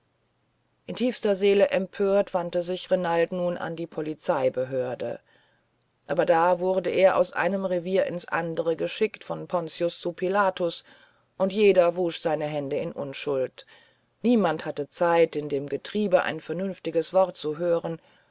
in tiefster seele empört wandte sich renald nun an die polizeibehörde aber da wurde er aus einem revier ins andere geschickt von pontius zu pilatus und jeder wusch seine hände in unschuld niemand hatte zeit in dem getreibe ein vernünftiges wort zu hören